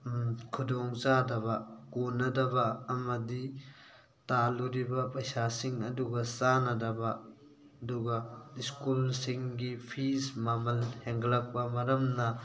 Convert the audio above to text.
ꯈꯨꯗꯣꯡꯆꯥꯗꯕ ꯀꯣꯟꯅꯗꯕ ꯑꯃꯗꯤ ꯇꯥꯜꯂꯨꯔꯤꯕ ꯄꯩꯁꯥꯁꯤꯡ ꯑꯗꯨꯒ ꯆꯥꯗꯅꯕ ꯑꯗꯨꯒ ꯁ꯭ꯀꯨꯜꯁꯤꯡꯒꯤ ꯐꯤꯁ ꯃꯃꯜ ꯌꯦꯟꯒꯠꯂꯛꯄ ꯃꯔꯝꯅ